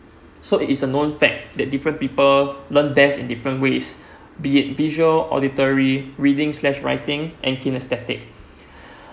so it is a known fact that different people learn best in different ways be it visual auditory reading less writing and kinesthetic